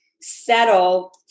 settle